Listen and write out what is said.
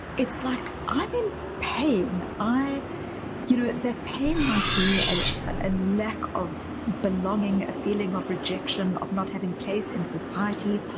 it's like i'm in pain. you know that pain might be and a lack of belonging, a feeling of rejection, of not having place in society,